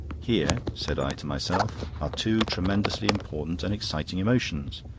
here, said i to myself, are two tremendously important and exciting emotions.